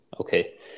Okay